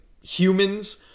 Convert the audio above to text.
humans